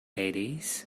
ladies